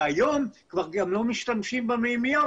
והיום כבר גם לא משתמשים במימיות,